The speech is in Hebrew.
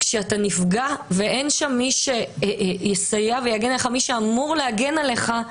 כשאתה נפגע ואין שם מי שיסייע ויגן עליך מי שאמור להגן עליך,